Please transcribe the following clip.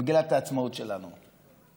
מגילת העצמאות שלנו,